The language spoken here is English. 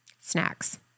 Snacks